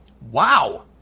Wow